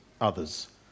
others